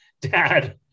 dad